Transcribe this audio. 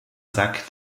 sack